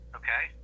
okay